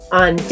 on